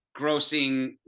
grossing